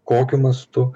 kokiu mastu